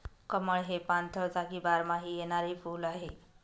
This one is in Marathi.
कमळ हे पाणथळ जागी बारमाही येणारे फुल आहे